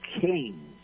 King